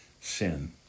sin